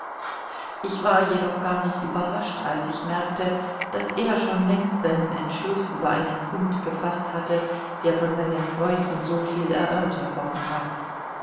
ich war jedoch gar nicht überrascht als ich merkte daß er schon längst seinen entschluß über einen punkt gefaßt hatte der von seinen freunden soviel erörtert worden war